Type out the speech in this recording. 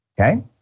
okay